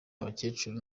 abakecuru